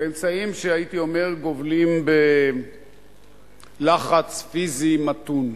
באמצעים ש, הייתי אומר, גובלים בלחץ פיזי מתון,